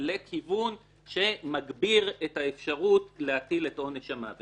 לכיוון שמגביר את האפשרות להטיל את עונש המוות.